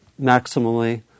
maximally